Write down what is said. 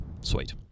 Sweet